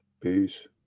Peace